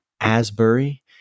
Asbury